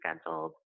scheduled